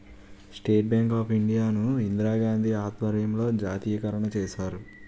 state bank of India ను ఇందిరాగాంధీ ఆధ్వర్యంలో జాతీయకరణ చేశారు